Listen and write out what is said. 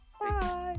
Bye